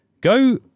Go